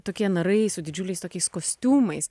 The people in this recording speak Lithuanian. tokie narai su didžiuliais tokiais kostiumais